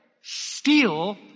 steal